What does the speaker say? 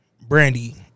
Brandy